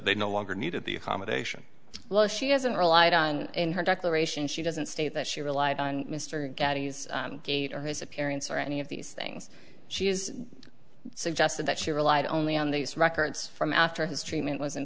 they no longer needed the accommodation well she hasn't relied on in her declaration she doesn't state that she relied on mr gatti's gate or his appearance or any of these things she has suggested that she relied only on these records from after his treatment was in